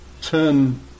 turn